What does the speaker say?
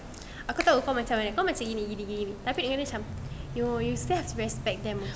aku tahu kau macam mana kau macam ini ini tapi dia ada cakap no you still have to respect them okay